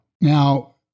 Now